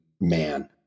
man